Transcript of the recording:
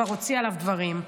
וכבר הוציאה עליו דברים.